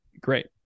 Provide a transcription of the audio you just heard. great